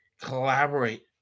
collaborate